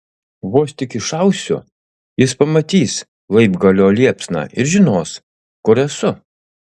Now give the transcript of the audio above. vos tik iššausiu jis pamatys laibgalio liepsną ir žinos kur esu